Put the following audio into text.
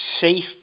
safe